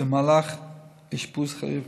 במהלך אשפוז חריף.